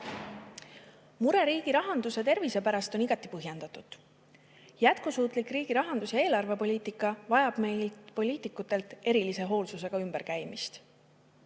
riigi rahanduse tervise pärast on igati põhjendatud. Jätkusuutlik riigi rahandus ja eelarvepoliitika vajab meilt, poliitikutelt, erilise hoolsusega ümberkäimist.